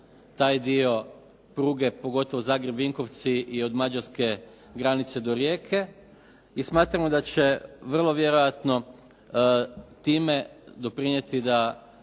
taj dio pruge pogotovo Zagreb Vinkovci i od mađarske granice do Rijeke. I smatramo da će vrlo vjerojatno time doprinijeti da